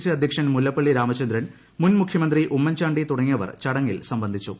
C അധ്യക്ഷൻ മുല്ല്പ്പള്ളി രാമചന്ദ്രൻ മുൻ മുഖ്യമന്ത്രി ഉമ്മൻചാണ്ടി തുടങ്ങിയവർ ച്ചടങ്ങിൽ സംബന്ധിച്ചു